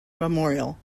memorial